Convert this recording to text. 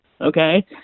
okay